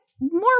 more